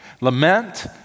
Lament